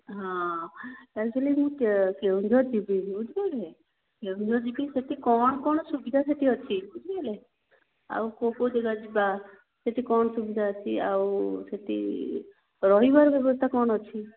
ହଁ ଏକ୍ଚୁୟାଲି ମୁଁ କେଉଁଝର ଯିବି ବୁଝିପାରିଲେ କେଉଁଝର ଯିବି ସେଇଠି କ'ଣ କ'ଣ ସୁବିଧା ସେଇଠି ଅଛି ବୁଝିପାରିଲେ ଆଉ କେଉଁ କେଉଁ ଜାଗା ଯିବା ସେଇଠି କ'ଣ ସୁବିଧା ଅଛି ଆଉ ସେଇଠି ରହିବାର ବ୍ୟବସ୍ଥା କ'ଣ ଅଛି